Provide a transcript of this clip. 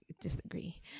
disagree